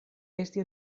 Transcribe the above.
esti